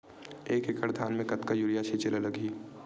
एक एकड़ धान में कतका यूरिया छिंचे ला लगही?